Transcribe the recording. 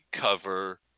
cover